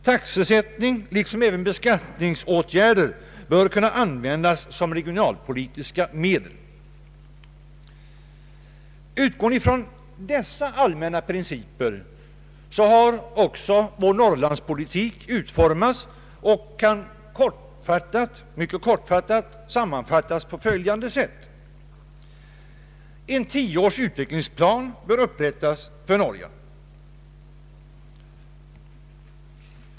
Taxesättningen, liksom även beskattningsåtgärder, bör kunna användas som regionalpolitiska medel.” Utgående från dessa allmänna principer har också vår Norrlandspolitik utformats, och den kan i korta ordalag sammanfattas på följande sätt: En tio års utvecklingsplan bör upprättas för Norrland.